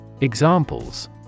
Examples